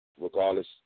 Regardless